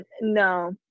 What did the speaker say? no